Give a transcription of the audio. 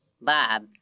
Bob